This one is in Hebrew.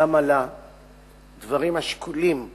וגם על הדברים השקולים שאמרת.